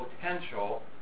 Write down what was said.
potential